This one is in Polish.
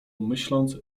myśląc